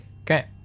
okay